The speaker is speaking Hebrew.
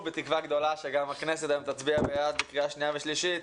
בתקווה גדולה שגם הכנסת היום תצביע בעד בקריאה שנייה ושלישית.